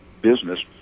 business